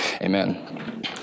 Amen